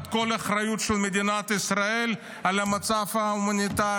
כל אחריות של מדינת ישראל על המצב ההומניטרי,